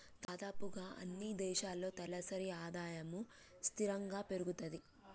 దాదాపుగా అన్నీ దేశాల్లో తలసరి ఆదాయము స్థిరంగా పెరుగుతది